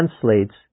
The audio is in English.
translates